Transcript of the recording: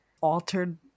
altered